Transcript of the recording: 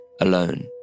alone